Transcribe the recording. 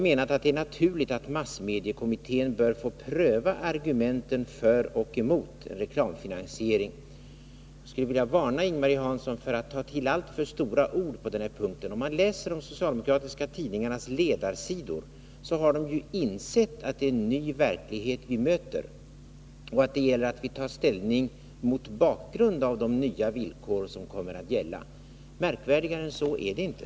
Det är då naturligt att massmediekommittén bör få pröva argumenten för och emot reklamfinansiering. Jag skulle vilja varna Ing-Marie Hansson för att ta till alltför stora ord på den här punkten. Om man läser de socialdemokratiska tidningarnas ledarsidor ser man att de har insett att vi möter en ny verklighet och att det gäller att vi tar ställning mot bakgrund av de nya villkor som kommer att gälla. Märkvärdigare än så är det inte.